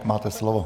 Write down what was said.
Máte slovo.